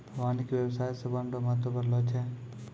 वानिकी व्याबसाय से वन रो महत्व बढ़लो छै